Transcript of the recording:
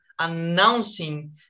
announcing